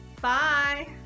Bye